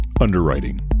underwriting